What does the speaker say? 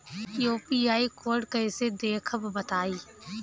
UPI code कैसे देखब बताई?